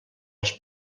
els